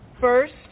First